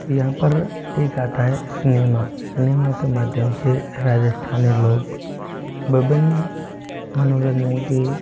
यहाँ पर एक आता है सिनेमा सिनेमा के माध्यम से राजस्थानी लोग विभिन्न मनोरंजन की